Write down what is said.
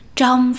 trong